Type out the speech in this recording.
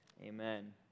amen